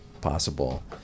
possible